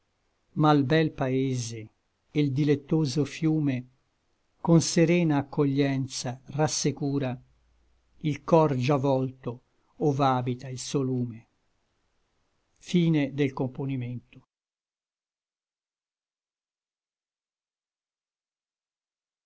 l bel paese e l dilectoso fiume con serena accoglienza rassecura il cor già vòlto ov'abita il suo lume